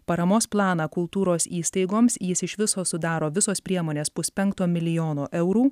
paramos planą kultūros įstaigoms jis iš viso sudaro visos priemonės puspenkto milijono eurų